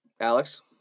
Alex